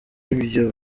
ibyo